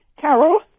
Carol